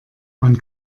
man